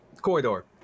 corridor